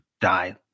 die